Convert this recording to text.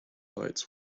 lights